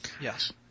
Yes